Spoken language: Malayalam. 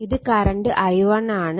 ഇത് കറണ്ട് i1 ആണ്